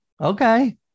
Okay